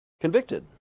convicted